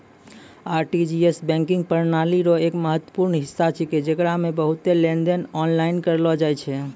RTGS banking प्रणाली रो एक महत्वपूर्ण हिस्सा छेकै जेकरा मे बहुते लेनदेन आनलाइन करलो जाय छै